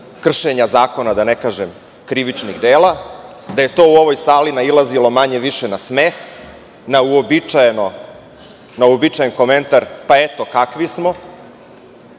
kršenja zakona, da ne kažem, krivičnih dela i da je to u ovoj sali nailazilo, manje više na smeh, na uobičajen komentar – pa eto kakvi smo.